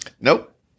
Nope